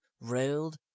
railed